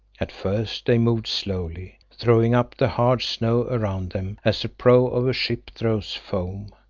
at first they moved slowly, throwing up the hard snow around them as the prow of a ship throws foam.